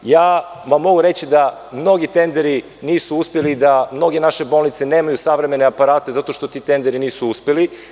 Mogu vam reći da mnogi tenderi nisu uspeli, da mnoge naše bolnice nemaju savremene aparate zato što ti tenderi nisu uspeli.